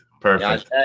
Perfect